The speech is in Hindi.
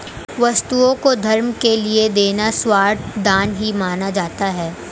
वस्तुओं को धर्म के लिये देना सर्वथा दान ही माना जाता है